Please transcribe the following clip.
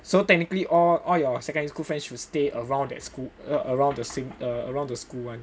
so technically all all your secondary school friends should stay around that school around the same around the school one